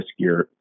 riskier